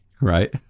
Right